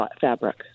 fabric